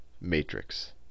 matrix